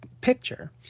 picture